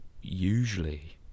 usually